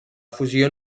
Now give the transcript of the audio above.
fusió